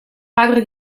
padre